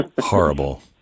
Horrible